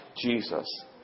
Jesus